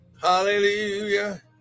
Hallelujah